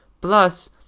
plus